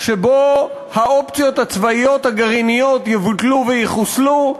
שבו האופציות הצבאיות הגרעיניות יבוטלו ויחוסלו,